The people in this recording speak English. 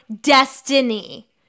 destiny